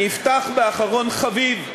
אני אפתח באחרון חביב,